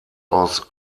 aus